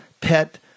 pet